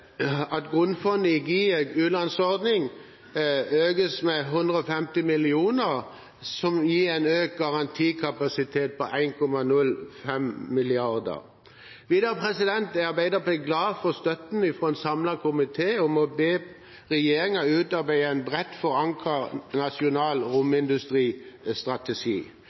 at grunnfondet i GIEKs u-landsordning økes med 150 mill. kr, som gir en økt garantikapasitet på 1,05 mrd. kr. Videre er Arbeiderpartiet glad for støtten fra en samlet komité om å be regjeringen utarbeide en bredt forankret nasjonal romindustristrategi.